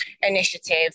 initiative